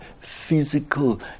physical